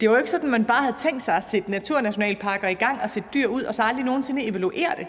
Det var jo ikke sådan, at man bare havde tænkt sig at sætte naturnationalparker i gang og sætte dyr ud og så aldrig nogen sinde evaluere det.